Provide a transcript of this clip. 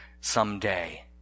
someday